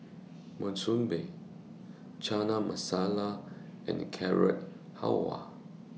Monsunabe Chana Masala and Carrot Halwa